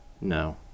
No